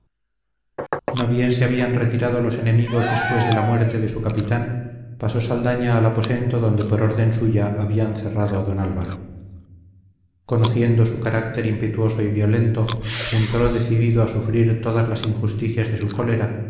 no bien se habían retirado los enemigos después de la muerte de su capitán pasó saldaña al aposento donde por orden suya habían cerrado a don álvaro conociendo su carácter impetuoso y violento entró decidido a sufrir todas las injusticias de su cólera